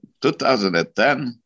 2010